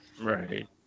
Right